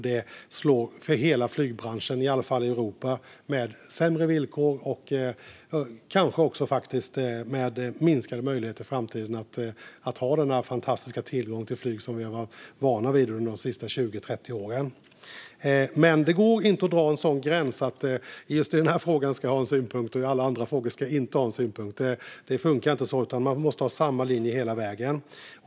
Det slår mot hela flygbranschen, i alla fall i Europa, med sämre villkor och kanske också minskade möjligheter att i framtiden ha den fantastiska tillgång till flyg som vi varit vana vid under de senaste 20-30 åren. Men det går inte att dra en sådan gräns att vi just i den här frågan ska ha en synpunkt och i alla andra frågor inte ha en synpunkt. Det funkar inte så, utan man måste ha samma linje hela vägen.